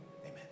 Amen